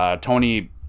Tony